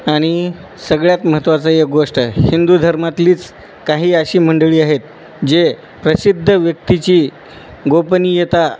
आणि सगळ्यात महत्त्वाचा एक गोष्ट आहे हिंदू धर्मातलीच काही अशी मंडळी आहेत जे प्रसिद्ध व्यक्तीची गोपनीयता